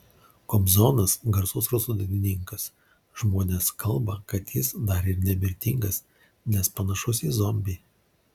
kobzonas garsus rusų dainininkas žmonės kalba kad jis dar ir nemirtingas nes panašus į zombį